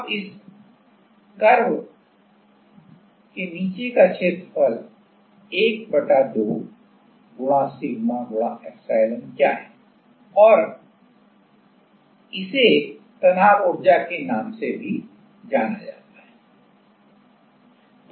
अब इस वक्र के नीचे का क्षेत्रफल 12 सिग्मा एप्सिलॉन क्या है और इसे तनाव ऊर्जा के नाम से भी जाना जाता है